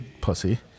pussy